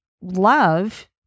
love